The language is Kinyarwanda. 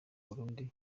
burundi